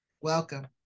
welcome